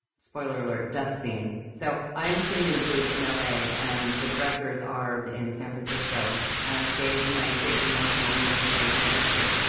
spoiler alert, death scene. so i'm sitting in a booth in la, and the directors are in san francisco, and i gave my big emotional moving thing, and i just hear,